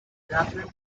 captains